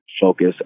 focus